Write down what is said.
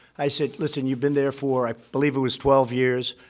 i said, listen, you've been there for. i believe it was twelve years.